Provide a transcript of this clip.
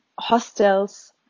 hostels